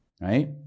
Right